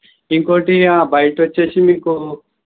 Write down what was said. ఇంకోటి బయటొచ్చేసి మీకు